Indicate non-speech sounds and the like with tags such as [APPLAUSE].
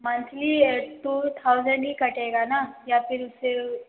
monthly two thousand ही कटेगा ना या फिर [UNINTELLIGIBLE]